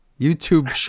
YouTube